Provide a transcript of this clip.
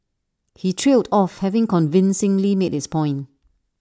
he trailed off having convincingly made his point